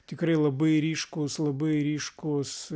tikrai labai ryškūs labai ryškūs